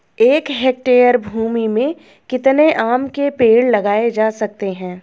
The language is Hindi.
एक हेक्टेयर भूमि में कितने आम के पेड़ लगाए जा सकते हैं?